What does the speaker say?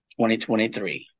2023